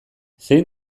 zein